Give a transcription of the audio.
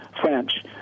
French